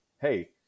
Hey